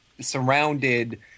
surrounded